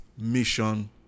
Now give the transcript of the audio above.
mission